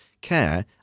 care